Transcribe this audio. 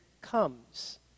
comes